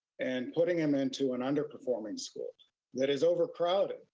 and putting him into an underperforming school that is overcrowded,